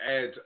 add